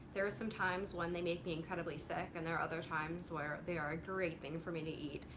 there are some times when they make me incredibly sick and there are other times where they are a great thing for me to eat.